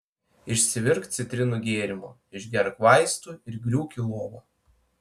išsivirk citrinų gėrimo išgerk vaistų ir griūk į lovą